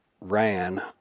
ran